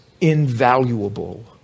invaluable